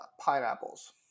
Pineapples